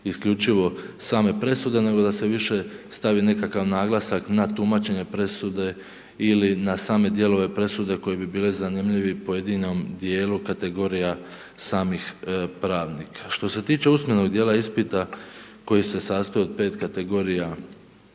isključivo same presude nego da se više stavi nekakav naglasak na tumačenje presude ili na same dijelove presude koji bi bili zanimljivi pojedinom dijelu kategorija samih pravnika. Što se tiče usmenog dijela ispita koji se sastoji od 5 kategorija